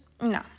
no